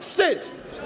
Wstyd.